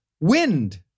wind